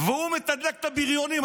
והוא מתדלק את הבריונים.